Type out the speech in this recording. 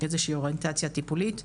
אוריינטציה פסיכולוגית מסוימת,